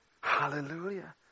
Hallelujah